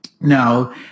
Now